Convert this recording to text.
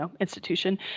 institution